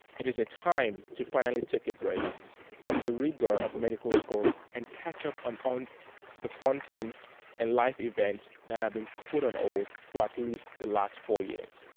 it is a time to finally take a break from the rigor of medical school and catch up on on the fun things and life events that have been put on hold for at least the last four years.